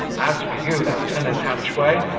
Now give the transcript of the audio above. as for you, lieutenant hatchway,